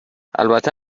البته